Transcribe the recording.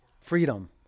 Freedom